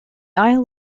isle